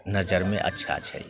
नजरिमे अच्छा छै